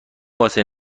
واسه